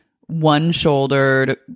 one-shouldered